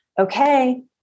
okay